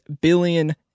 billion